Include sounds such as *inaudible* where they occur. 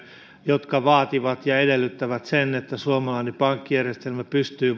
jotka vaativat ja edellyttävät että suomalainen pankkijärjestelmä pystyy *unintelligible*